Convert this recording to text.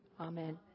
Amen